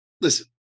Listen